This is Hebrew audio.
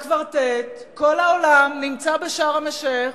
הקוורטט, כל העולם נמצא בשארם-א-שיח',